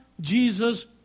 Jesus